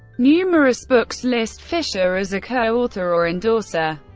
numerous books list fischer as a co-author or endorser.